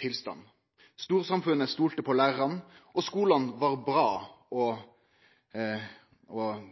tilstand. Storsamfunnet stolte på lærarane, skulane var bra, og elevane og